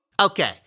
Okay